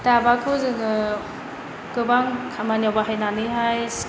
दाबाखौ जोङो गोबां खामानियाव बाहायनानैहाय